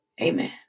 amen